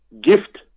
gift